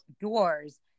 doors